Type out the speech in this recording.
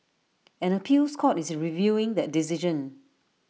an appeals court is reviewing that decision